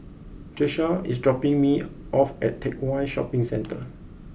Tiesha is dropping me off at Teck Whye Shopping Centre